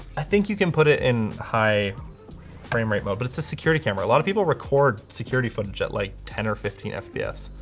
i think you can put it in high frame rate mode. but it's a security camera, a lot of people record security footage at like ten or fifteen fps.